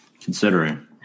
Considering